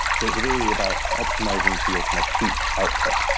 so it's really about optimizing for your kind of peak output,